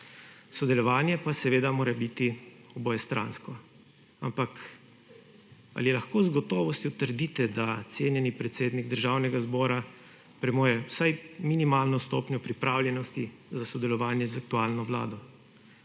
Sodelovanje pa seveda mora biti obojestransko. Ampak ali lahko z gotovostjo trdite, da cenjeni predsednik Državnega zbora premore vsaj minimalno stopnjo pripravljenosti za sodelovanje z aktualno Vlado?